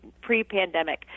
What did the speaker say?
Pre-pandemic